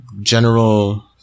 general